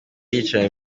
yicara